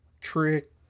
trick